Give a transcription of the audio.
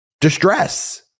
distress